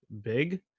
big